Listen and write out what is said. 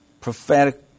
prophetic